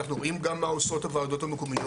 אנחנו רואים גם מה עושות הוועדות המקומיות,